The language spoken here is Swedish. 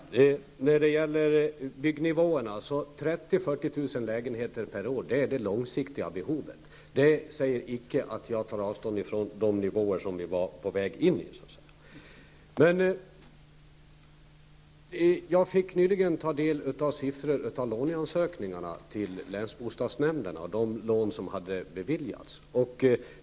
Herr talman! När det gäller byggnivåerna är 30 000 -- 40 000 lägenheter per år det långsiktiga behovet. Det innebär icke att jag tar avstånd ifrån de nivåer som vi så att säga var på väg in i. Jag fick nyligen ta del av siffror när det gäller antalet låneansökningar till länsbostadsnämnderna och de lån som har beviljats.